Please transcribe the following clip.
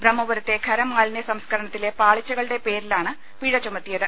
ബ്രഹ്മപുരത്തെ ഖര മാലിന്യ സംസ്ക്കരണത്തിലെ പാളിച്ചകളുടെ പേരിലാണ് പിഴ ചുമത്തി യത്